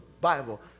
Bible